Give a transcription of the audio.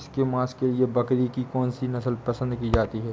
इसके मांस के लिए बकरी की कौन सी नस्ल पसंद की जाती है?